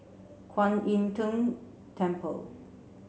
Kwan Im Tng Temple